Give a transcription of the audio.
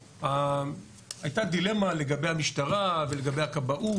הייתה דילמה לגבי המשטרה ולגבי כבאות,